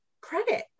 credit